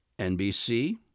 NBC